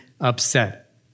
upset